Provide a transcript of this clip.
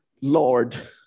Lord